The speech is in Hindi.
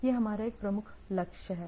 यह हमारा एक प्रमुख लक्ष्य है